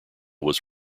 was